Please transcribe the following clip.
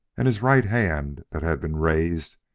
and his right hand that had been raised,